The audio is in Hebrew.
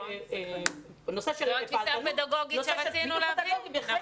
שיהיו להם את הדברים האלה.